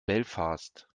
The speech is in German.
belfast